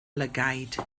lygaid